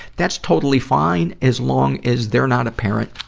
that's totally fine, as long as they're not a parent,